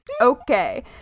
Okay